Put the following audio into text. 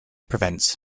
prevents